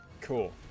Cool